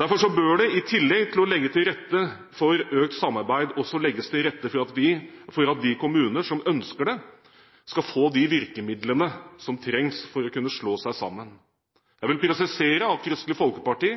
Derfor bør det, i tillegg til å legge til rette for økt samarbeid, også legges til rette for at de kommuner som ønsker det, skal få de virkemidlene som trengs for å kunne slå seg sammen. Jeg vil presisere at Kristelig Folkeparti